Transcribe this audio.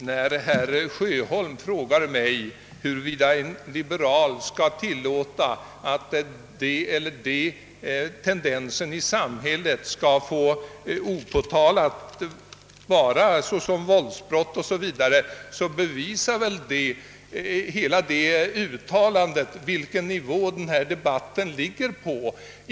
Herr talman! När herr Sjöholm frågar mig huruvida en liberal skall tillåta att den eller den tendensen i samhället, våldsbrott o.s.v., obehindrat får göra sig gällande, bevisar detta uttalande på vilken nivå han för denna debatt.